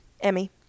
Emmy